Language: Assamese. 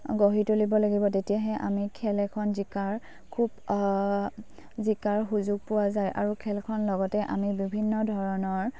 গঢ়ি তুলিব লাগিব তেতিয়াহে আমি খেল এখন জিকাৰ খুব জিকাৰ সুযোগ পোৱা যায় আৰু খেলখন লগতে আমি বিভিন্ন ধৰণৰ